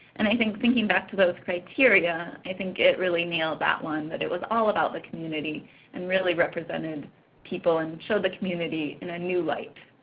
and i think thinking back to those criteria, i think it really nailed that one, that it was all about the community and really represented people, and showed the community in a new light.